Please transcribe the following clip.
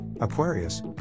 Aquarius